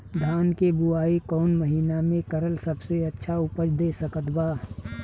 धान के बुआई कौन महीना मे करल सबसे अच्छा उपज दे सकत बा?